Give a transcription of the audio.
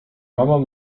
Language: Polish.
mama